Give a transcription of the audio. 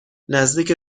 نزدیک